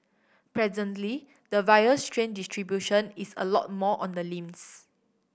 presently the virus strain distribution is a lot more on the limbs